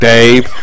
Dave